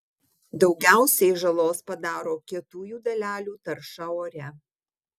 daugiausiai žalos padaro kietųjų dalelių tarša ore